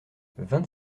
vingt